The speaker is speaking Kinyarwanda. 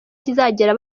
kizagera